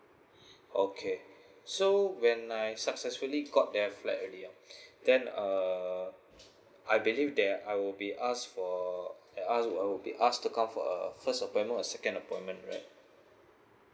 okay so when I successfully got the flat already ah then uh I believe that I will be asked for that I will be asked to come for a first appointment or second appointment right